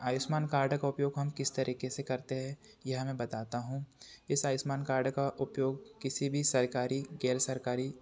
Ayushman card का उपयोग हम किस तरीके से करते हैं यह मैं बताता हूँ इस आयुष्मान कार्ड का उपयोग किसी भी सरकारी गैर सरकारी